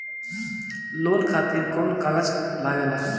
Loan खातिर कौन कागज लागेला?